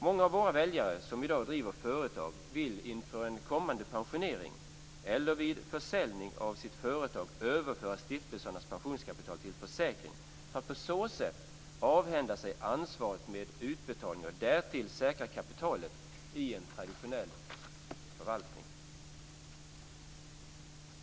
Många av våra väljare som i dag driver företag vill inför en kommande pensionering eller vid försäljning av sitt företag överföra stiftelsernas pensionskapital till försäkring för att på så sätt avhända sig ansvaret med utbetalning och därtill säkra kapitalet i en traditionell förvaltning.